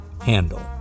handle